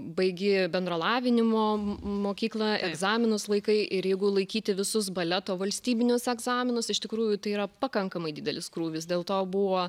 baigi bendro lavinimo mokyklą egzaminus laikai ir jeigu laikyti visus baleto valstybinius egzaminus iš tikrųjų tai yra pakankamai didelis krūvis dėl to buvo